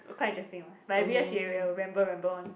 look quite interesting ah but every year she will ramble ramble [one]